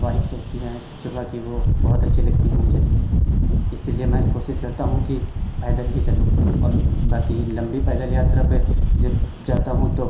vibes होती है सुबह की वो बहुत अच्छी लगती हैं मुझे इसीलिए मैं कोशिश करता हूँ कि पैदल ही चलूं और बाकी लम्बी पैदल यात्रा पे जब जाता हूँ तो